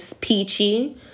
peachy